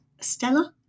Stella